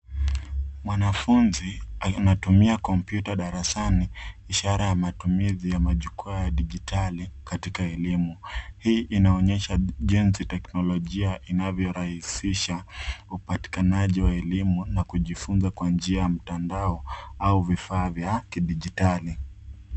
Mwanafunzi anatumia kompyuta darasani ishara ya matumizi ya majukwaa ya dijitali katika elimu. Hii inaonyesha jinsi teknolojia inavyo rahisisha upatikanaji wa elimu na kujifunza kwa njia ya mtandao au vifaa vya kidijitali.